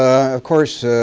of course,